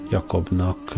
Jakobnak